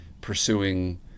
pursuing